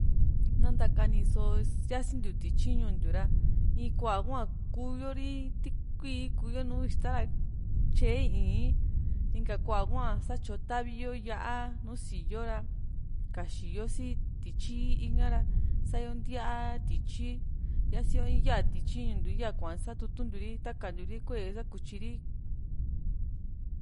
na ntakani só siaisntiu tityi ñuu ntiu ra in kua hua kuu´yo ri ti kuíí kuyo nùù ixta ra tyee ii´n inka kuaa hua satyo ta´vi yo yá´a nùù síyoo ra kaxi yuo si tityi i´i ha´ra sayo ntíaa tityi yasi yaa tityi ñuu ntiu ya kuaa satutu ntiu ritaka ntiu ri kuee ra sa kutyi ri